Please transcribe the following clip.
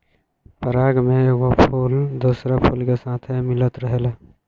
पराग में एगो फूल दोसरा फूल के साथे मिलत रहेला